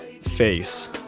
face